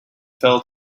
fell